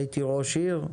הייתי ראש עיר,